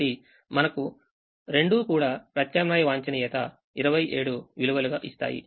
కాబట్టి మనకు రెండు కూడా ప్రత్యామ్నాయ వాంఛనీయత27 విలువలుగా ఇస్తాయి